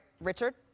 Richard